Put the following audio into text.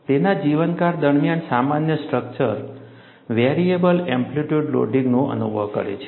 તેના જીવનકાળ દરમિયાન સામાન્ય સ્ટ્રકચર વેરિયેબલ એમ્પ્લિટ્યુડ લોડિંગનો અનુભવ કરે છે